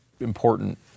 important